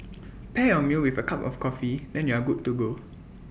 pair your meal with A cup of coffee then you're good to go